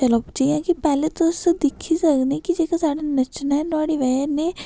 मतलब कि जि'यां तुस पैह्लें दिक्खी सकने की तुस नच्चना नुहाड़ी बजह् कन्नै